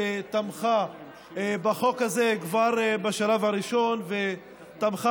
שתמכה בחוק הזה כבר בשלב הראשון ותמכה